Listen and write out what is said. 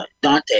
Dante